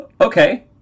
okay